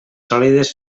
sòlides